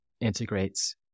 integrates